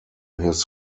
his